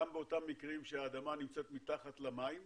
גם באותם מקרים שהאדמה נמצאת מתחת למים,